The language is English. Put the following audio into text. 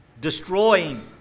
Destroying